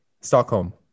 Stockholm